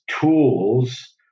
tools